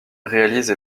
réalise